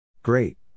Great